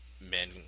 men